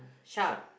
shark